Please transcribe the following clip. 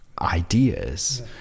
ideas